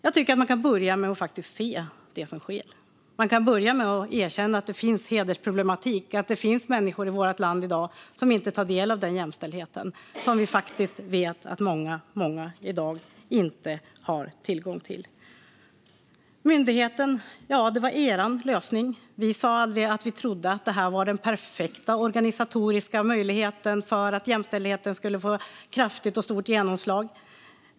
Jag tycker att man kan börja med att se det som sker och erkänna att det finns hedersproblematik, att det finns människor i vårt land i dag som inte tar del av och har tillgång till jämställdheten. Jämställdhetsmyndigheten var er lösning. Vi sa aldrig att vi trodde att det var den perfekta organisatoriska möjligheten för jämställdheten att få ett kraftigt och stort genomslag.